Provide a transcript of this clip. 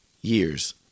years